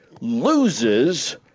loses